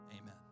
amen